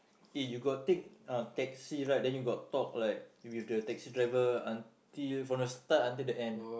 eh you got take uh taxi right then you got talk like with the taxi driver until from the start until the end